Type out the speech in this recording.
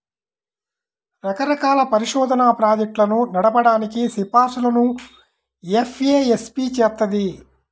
రకరకాల పరిశోధనా ప్రాజెక్టులను నడపడానికి సిఫార్సులను ఎఫ్ఏఎస్బి చేత్తది